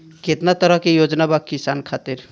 केतना तरह के योजना बा किसान खातिर?